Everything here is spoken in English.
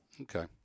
Okay